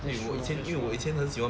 true ah that's true